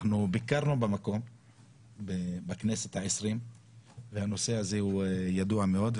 אנחנו ביקרנו במקום בכנסת ה-20 והנושא הזה ידוע מאוד.